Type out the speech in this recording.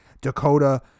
dakota